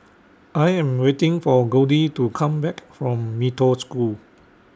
I Am waiting For Goldie to Come Back from Mee Toh School